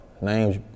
Names